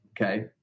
okay